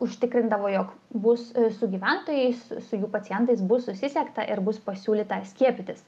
užtikrindavo jog bus su gyventojais su jų pacientais bus susisiekta ir bus pasiūlyta skiepytis